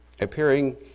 appearing